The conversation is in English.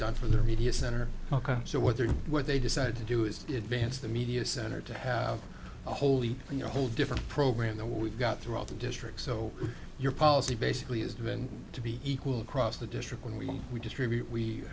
done for the media center ok so what they what they decided to do is to advance the media center to have a wholly in your whole different program the we've got throughout the district so your policy basically has been to be equal across the district when we want we distribute we